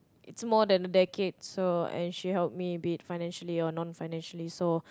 it's more than decades so and she helped me a bit financially or non financially so